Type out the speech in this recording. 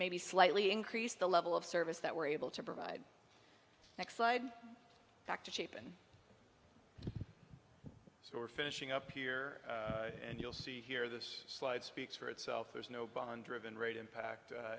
maybe slightly increase the level of service that we're able to provide next slide back to cheapen so we're finishing up here and you'll see here this slide speaks for itself there's no bond driven rate impact